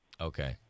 Okay